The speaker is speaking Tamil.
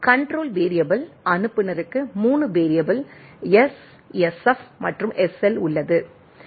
கண்ட்ரோல் வேரியபிள் அனுப்புநருக்கு 3 வேரியபிள் S SF மற்றும் SL உள்ளது